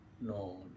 No